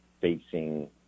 facing